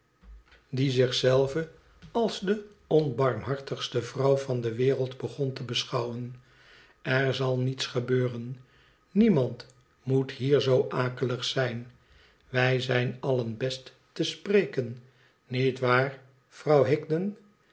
die zich zelve als de ombarmbartigste vrouw van de wereld begon te beschouwen i er zal niets gebeuren niemand moet hier zoo akelig zijn wij zijn allen best te spreken niet waar vrouw higden